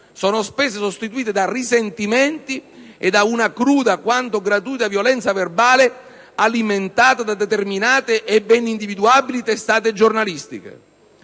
sono spesso sostituite da risentimenti e da una cruda quanto gratuita violenza verbale alimentata da determinate e ben individuabili testate giornalistiche.